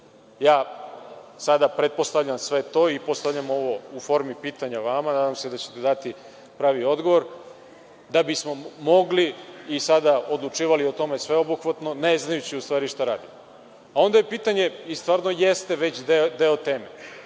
sada pretpostavljam sve to i postavljam ovo u formi pitanja vama. Nadam se da ćete dati pravi odgovor, da bismo mogli i sada odlučivali o tome sveobuhvatno, ne znajući u stvari šta radimo. Mi smo 2015. godine,